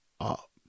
up